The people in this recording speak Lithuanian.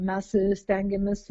mes stengiamės